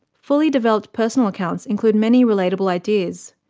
fully developed personal accounts include many relatable ideas.